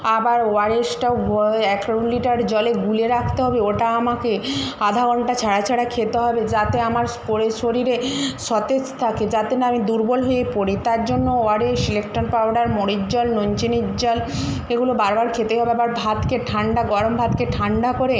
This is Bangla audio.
আবার ওআরএসটাও লিটার জলে গুলে রাখতে হবে ওটা আমাকে আধা ঘণ্টা ছাড়া ছাড়া খেতে হবে যাতে আমার শরীরে সতেজ থাকে যাতে না আমি দুর্বল হয়ে পড়ি তার জন্য ওআরএস ইলেকটন পাউডার মুড়ির জল নুন চিনির জল এগুলো বারবার খেতে হবে আবার ভাতকে ঠান্ডা গরম ভাতকে ঠান্ডা করে